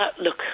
look